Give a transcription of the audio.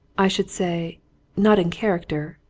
i should say not in character,